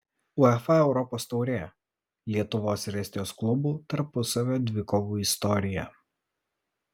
uefa europos taurė lietuvos ir estijos klubų tarpusavio dvikovų istorija